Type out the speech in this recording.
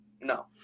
No